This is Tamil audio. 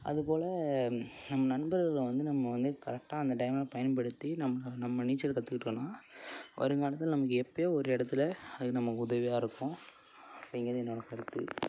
அதுப்போல் நம் நண்பர்களை வந்து நம்ம வந்து கரெக்டாக அந்த டைமில் பயன்படுத்தி நம்மளா நம்ம நீச்சல் கற்றுக்கிட்டோனா வருங்காலத்தில் நமக்கு எப்பயோ ஒரு இடத்துல அது நமக்கு உதவியாக இருக்கும் அப்படிங்கறது என்னோடய கருத்து